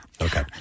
Okay